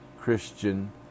Christian